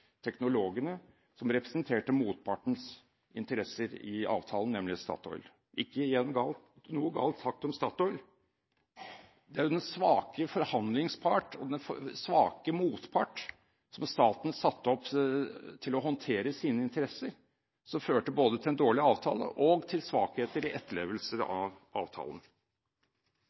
teknologene, som representerte motpartens interesser i avtalen, nemlig Statoil – igjen ikke noe galt sagt om Statoil. Det er den svake forhandlingspart, den svake motpart, som staten satte til å håndtere sine interesser, noe som førte til både en dårlig avtale og svakheter i etterlevelsen av avtalen.